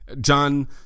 John